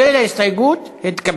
ההסתייגות, התקבל.